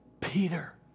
Peter